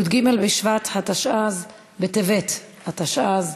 י"ג בטבת התשע"ז,